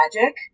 magic